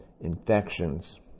infections